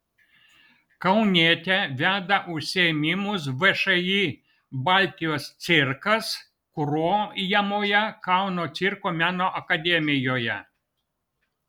kaunietė veda užsiėmimus všį baltijos cirkas kuruojamoje kauno cirko meno akademijoje